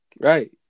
Right